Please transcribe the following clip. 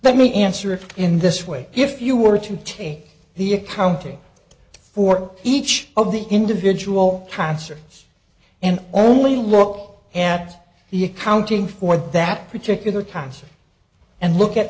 let me answer it in this way if you were to take the accounting for each of the individual concerts and only look at the accounting for that particular concert and look at